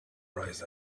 surprised